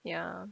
ya